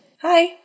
hi